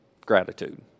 gratitude